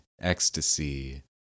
ecstasy